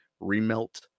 remelt